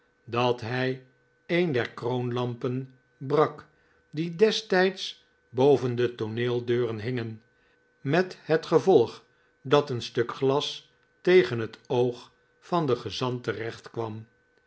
dat hij een der kroonlampen brak die destijds boven de tooneeldeuren hingen met het gevolg dat een stuk glas tegen het oog van den gezant